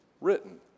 written